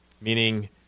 meaning